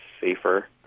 safer